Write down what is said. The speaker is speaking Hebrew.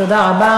תודה רבה.